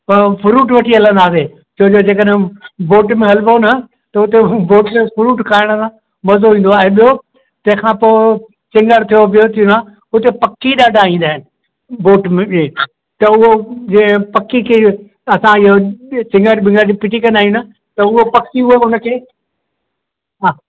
fruit वठी हलंदासीं छोजो जे कॾहिं बोट में हलिबो न त हुते बोट में फ्रूट खाइण में मज़ो ईंदो आहे ऐं ॿियो तंहिंखां पोइ सिङर थियो ॿियो थींदो आहे हुते पखी ॾाढा ईंदा आहिनि बोट में ॿे त उहो जे पखी खे असां इहो सिङर बिङर फिटी कंदा आहियूं न त उहो पखी उहे हुन खे हा